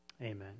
Amen